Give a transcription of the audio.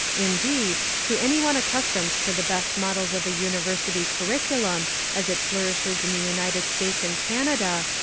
indeed, to any one accustomed to the best models of a university curriculum as it flourishes in the united states and canada,